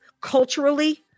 culturally